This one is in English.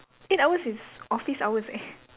eight hours is office hours leh